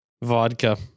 Vodka